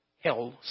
hell